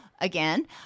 again